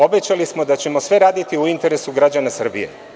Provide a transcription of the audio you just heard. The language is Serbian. Obećali smo da ćemo sve raditi u interesu građana Srbije.